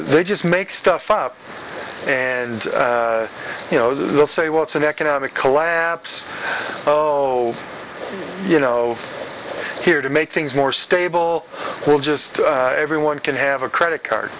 they just make stuff up and you know they'll say well it's an economic collapse oh you know here to make things more stable we'll just everyone can have a credit card